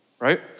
right